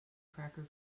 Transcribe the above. cracker